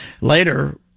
later